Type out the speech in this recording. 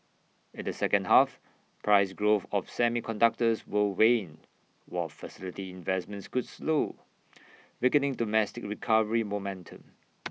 in the second half price growth of semiconductors will wane while facility investments could slow weakening domestic recovery momentum